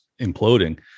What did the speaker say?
imploding